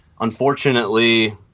unfortunately